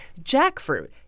jackfruit